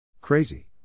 Crazy